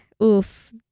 oof